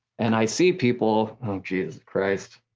and i see people, oh jesus christ,